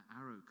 arrow